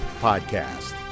Podcast